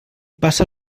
passa